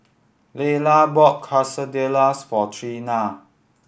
Lyla bought Quesadillas for Trena